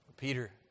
Peter